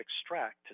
extract